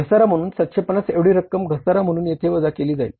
घसारा म्हणून 750 एवढी रक्कम घसारा म्हणून येथे वजा केली जाईल